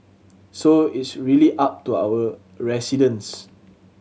so it's really up to our residents